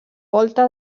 volta